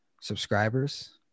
subscribers